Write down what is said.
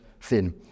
thin